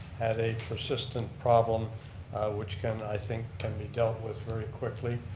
had a persistent problem which can i think, can be dealt with very quickly.